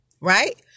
Right